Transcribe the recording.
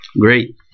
Great